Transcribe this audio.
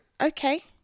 okay